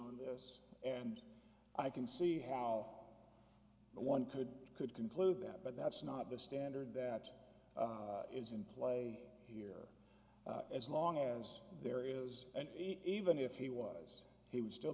on this and i can see how one could could conclude that but that's not the standard that is in play here as long as there is an even if he was he would still